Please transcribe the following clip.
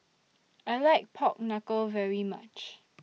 I like Pork Knuckle very much